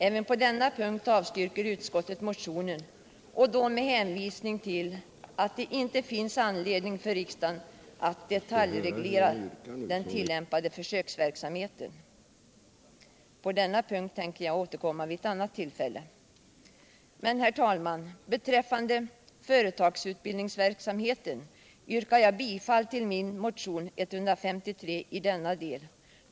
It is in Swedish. Även på denna punkt avstyrker utskottet motionen och då med hänvisning till att det inte finns anledning för riksdagen att detaljreglera den tillämnade försöksverksamheten. Herr talman! På denna punkt tänker jag återkomma vid ett annat tillfälle, men beträffande företagsutbildningsverksamheten yrkar jag bifall till min motion i denna del.